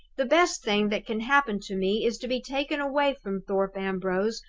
the best thing that can happen to me is to be taken away from thorpe ambrose,